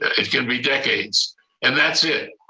it can be decades and that's it.